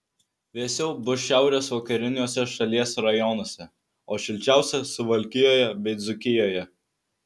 vėsiau bus šiaurės vakariniuose šalies rajonuose o šilčiausia suvalkijoje bei dzūkijoje